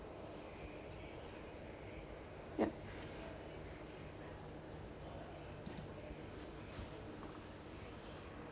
yup